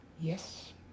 Yes